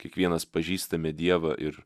kiekvienas pažįstame dievą ir